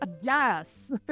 yes